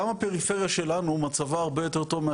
גם הפריפריה שלנו מצבה הרבה יותר טוב,